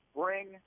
bring